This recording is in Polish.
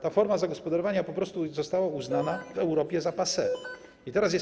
Ta forma zagospodarowania po prostu została uznana w Europie za coś passe.